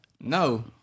No